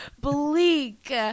Bleak